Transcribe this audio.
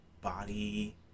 body